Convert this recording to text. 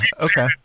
okay